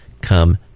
come